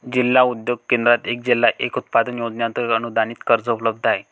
जिल्हा उद्योग केंद्रात एक जिल्हा एक उत्पादन योजनेअंतर्गत अनुदानित कर्ज उपलब्ध आहे